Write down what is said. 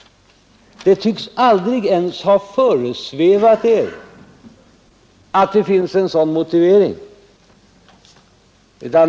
Det tycks aldrig ens ha föresvävat er att det finns en sådan motivering.